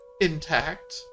Intact